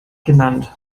genannt